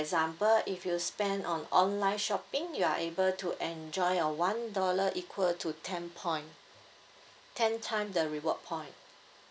example if you spent on online shopping you're able to enjoy a one dollar equal to ten point ten time the reward point